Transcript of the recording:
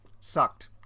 sucked